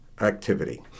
activity